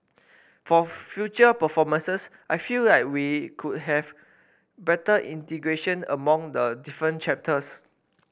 for future performances I feel like we could have better integration among the different chapters